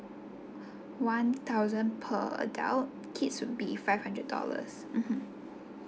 one thousand per adult kids would be five hundred dollars mmhmm